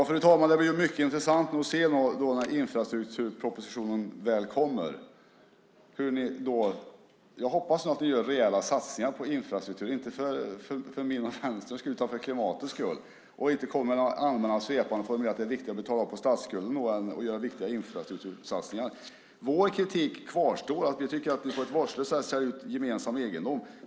Fru talman! Det blir mycket intressant att se när infrastrukturpropositionen väl kommer. Jag hoppas att ni gör rejäla satsningar på infrastruktur, inte för min och Vänsterns skull utan för klimatets skull. Kom inte med några svepande formuleringar att det är viktigare att betala av på statsskulden än att göra viktiga infrastruktursatsningar. Vår kritik kvarstår. Vi tycker att ni på ett vårdslöst sätt säljer ut gemensam egendom.